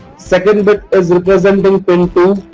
second bit is representing p i n two,